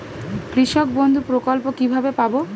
কৃষকবন্ধু প্রকল্প কিভাবে পাব?